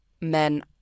men